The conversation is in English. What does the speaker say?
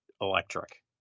electric